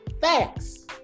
Facts